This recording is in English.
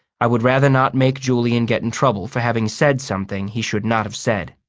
i would rather not make julian get in trouble for having said something he should not have said.